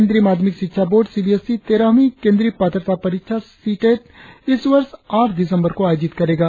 केंद्रीय माध्यमिक शिक्षा बोर्ड सीबीएसई तेरहवी केंद्रीय पात्रता परीक्षा सीटीईटी इस वर्ष आठ दिसम्बर को आयोजित करेगा